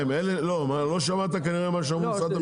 כנראה לא שמעת מה שאמר משרד המשפטים.